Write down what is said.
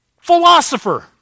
philosopher